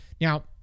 Now